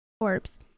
corpse